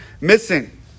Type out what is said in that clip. missing